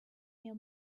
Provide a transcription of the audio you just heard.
near